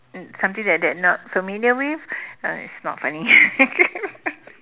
uh something like that not to familiar with uh it's not funny